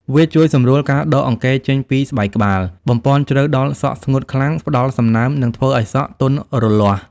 វាជួយសម្រួលការដកអង្គែរចេញពីស្បែកក្បាល បំប៉នជ្រៅដល់សក់ស្ងួតខ្លាំង ផ្តល់សំណើម និងធ្វើឲ្យសក់ទន់រលាស់។